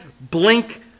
blink